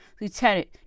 Lieutenant